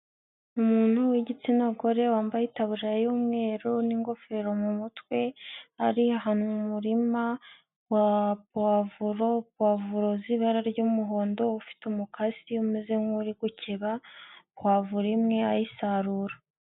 Umuntu w'igitsina gore wambaye ikaburiya y'umweru n'ingofero mu mutwe, ari mu murima wa puwavuro, puwavuro z'ibara ry'umuhondo ufite umukasi umeze nk'uri gukeba puwavulo imwe ayisarura.